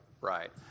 Right